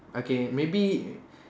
okay maybe